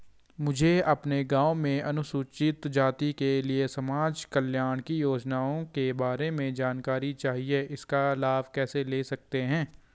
मुझे अपने गाँव में अनुसूचित जाति के लिए समाज कल्याण की योजनाओं के बारे में जानकारी चाहिए इसका लाभ कैसे ले सकते हैं?